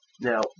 Now